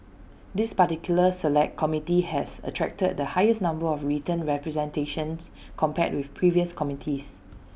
this particular Select Committee has attracted the highest number of written representations compared with previous committees